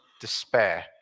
despair